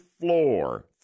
floor